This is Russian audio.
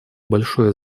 большое